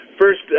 First